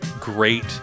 great